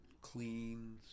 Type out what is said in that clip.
clean